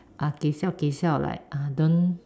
uh kay siao kay siao like uh don't